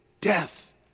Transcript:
death